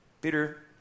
Peter